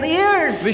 ears